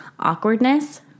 awkwardness